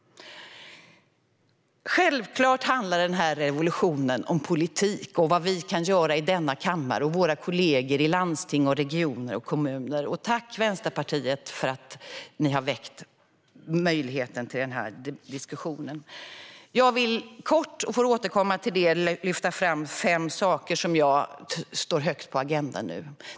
Självklart handlar den här revolutionen om politik och vad vi i denna kammare, liksom våra kolleger i landsting, regioner och kommuner, kan göra. Tack, Vänsterpartiet, för att ni har väckt möjligheten till den här diskussionen! Jag vill kort lyfta fram fem saker som står högt på agendan nu.